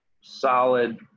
solid